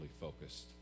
focused